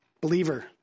Believer